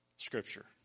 Scripture